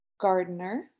gardener